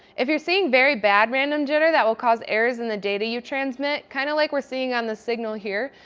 if you're seeing very bad random jitter that will cause errors in the data you transmit, kind of like what we're seeing on the signal here,